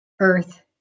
Earth